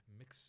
mix